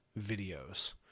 videos